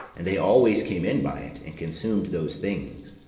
and they always came in by it, and consumed those things.